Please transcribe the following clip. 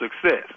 success